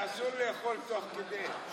אסור לאכול תוך כדי.